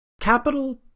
capital